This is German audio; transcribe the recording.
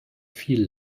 viel